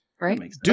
Right